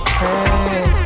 hey